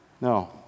No